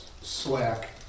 slack